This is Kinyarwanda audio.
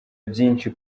byinshi